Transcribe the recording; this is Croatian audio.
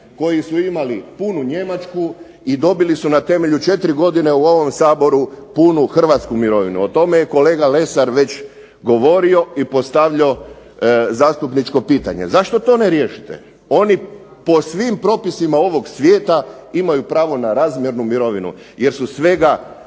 koji su imali punu Njemačku i dobili su na temelju četiri godine u ovom Saboru punu hrvatsku mirovinu. O tome je kolega Lesar već govorio, i postavljao zastupničko pitanje. Zašto to ne riješite? Oni po svim propisima ovog svijeta imaju pravo na razmjernu mirovinu, jer su svega